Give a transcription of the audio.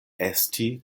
esti